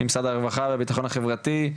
ממשרד הרווחה והבטחון החברתי,